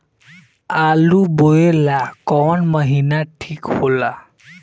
आलू बोए ला कवन महीना ठीक हो ला?